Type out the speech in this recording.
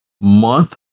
month